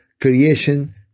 creation